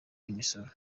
imisoro